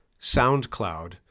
SoundCloud